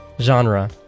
Genre